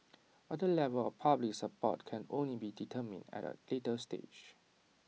but the level of public support can only be determined at A later stage